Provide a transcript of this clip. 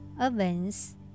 events